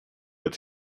its